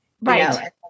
Right